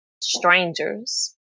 strangers